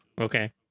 okay